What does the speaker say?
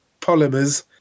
polymers